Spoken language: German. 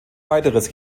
weiteres